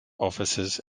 offices